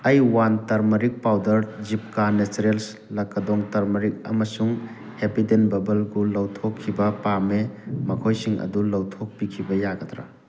ꯑꯩ one turmeric powder ꯖꯤꯕꯀꯥ naturals ꯂꯥꯀꯥꯗꯣꯡ ꯇꯔꯃꯔꯤꯛ ꯑꯃꯁꯨꯡ ꯍꯦꯄꯤꯗꯦꯟ ꯕꯕꯜ ꯒ꯭ꯂꯨ ꯂꯧꯊꯣꯛꯈꯤꯕ ꯄꯥꯝꯃꯦ ꯃꯈꯣꯏꯁꯤꯡ ꯑꯗꯨ ꯂꯧꯊꯣꯛꯄꯤꯈꯤꯕ ꯌꯥꯒꯗ꯭ꯔꯥ